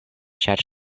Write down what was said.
ĉar